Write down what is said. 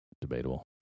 debatable